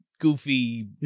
goofy